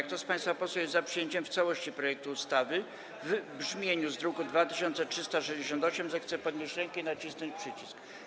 Kto z państwa posłów jest za przyjęciem w całości projektu ustawy w brzmieniu z druku nr 2368, zechce podnieść rękę i nacisnąć przycisk.